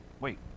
wait